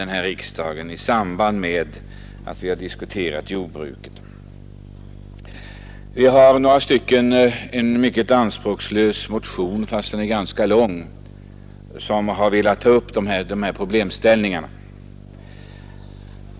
Några av oss har väckt en mycket anspråkslös men ganska lång motion som velat ta upp dessa problemställningar.